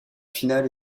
finale